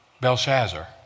Belshazzar